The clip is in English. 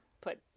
put